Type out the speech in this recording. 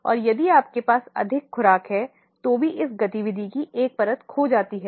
और यदि आपके पास अधिक खुराक है तो भी इस गतिविधि की एक परत खो जाती है